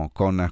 con